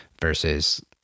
versus